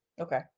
Okay